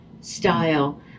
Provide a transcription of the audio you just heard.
style